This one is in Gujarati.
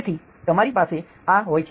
તેથી તમારી પાસે આ હોય છે